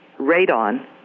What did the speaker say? radon